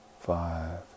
five